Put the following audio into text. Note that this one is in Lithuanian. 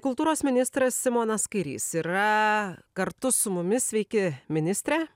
kultūros ministras simonas kairys yra kartu su mumis sveiki ministre